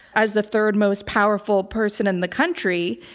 as the third most powerful person in the country,